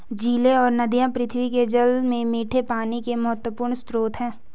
झीलें और नदियाँ पृथ्वी के जल में मीठे पानी के महत्वपूर्ण स्रोत हैं